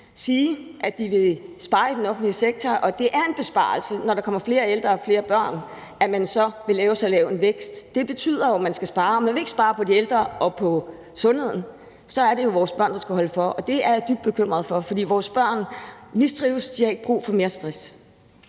sige, at de vil spare i den offentlige sektor, og det er en besparelse, at man, når der kommer flere ældre og flere børn, så vil have så lav en vækst. Det betyder jo, at man skal spare. Man vil ikke spare på de ældre og på sundheden. Så er det jo vores børn, der skal holde for, og det er jeg dybt bekymret for, for vores børn mistrives. De har ikke brug for mere stress.